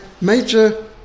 Major